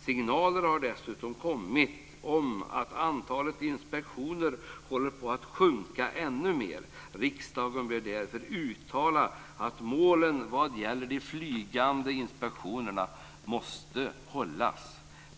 Signaler har dessutom kommit om att antalet inspektioner håller på att sjunka ännu mer. Riksdagen bör därför uttala att målen vad gäller de flygande inspektionerna måste hållas.